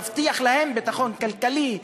יבטיח להם ביטחון כלכלי,